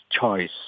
choice